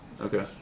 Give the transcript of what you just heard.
Okay